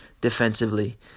defensively